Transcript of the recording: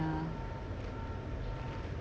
uh